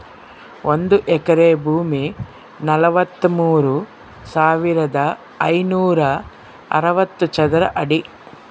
ಒಂದು ಎಕರೆ ಭೂಮಿ ನಲವತ್ಮೂರು ಸಾವಿರದ ಐನೂರ ಅರವತ್ತು ಚದರ ಅಡಿ